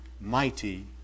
mighty